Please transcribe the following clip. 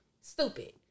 Stupid